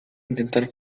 intentar